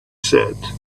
said